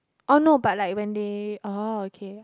or not but like when they oh okay